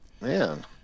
man